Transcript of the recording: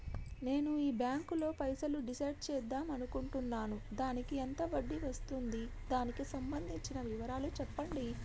నేను ఈ బ్యాంకులో పైసలు డిసైడ్ చేద్దాం అనుకుంటున్నాను దానికి ఎంత వడ్డీ వస్తుంది దానికి సంబంధించిన వివరాలు చెప్పండి?